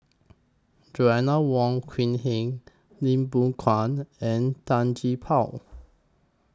Joanna Wong Quee Heng Lim Biow Chuan and Tan Gee Paw